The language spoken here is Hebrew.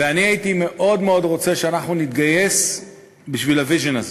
ואני הייתי מאוד מאוד רוצה שאנחנו נתגייס בשביל ה-vision הזה.